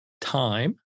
time